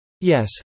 Yes